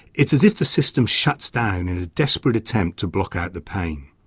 it's as if the system shuts down in a desperate attempt to block out the pain.